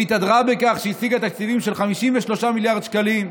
והתהדרה בכך שהשיגה תקציבים של 53 מיליארד שקלים.